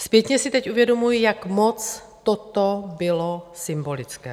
Zpětně si teď uvědomuji, jak moc toto bylo symbolické.